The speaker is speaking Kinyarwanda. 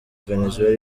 venezuela